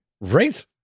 Right